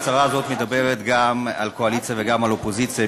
ההצהרה הזאת מדברת גם על קואליציה וגם על אופוזיציה.